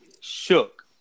shook